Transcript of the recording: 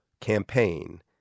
campaign